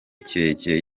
kirekire